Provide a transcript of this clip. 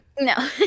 no